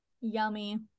Yummy